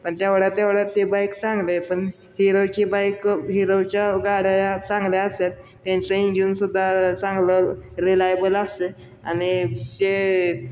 पण तेवढ्या तेवढ्या ते बाईक चांगले पण हिरोची बाईक हिरोच्या गाड्या चांगल्या असेल त्यांचं इंजिनसुद्धा चांगलं रिलायबल असते आणि ते